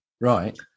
Right